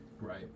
Right